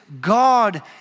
God